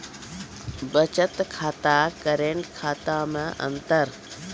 बचत खाता करेंट खाता मे अंतर?